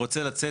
רוצה לצאת,